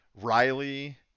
Riley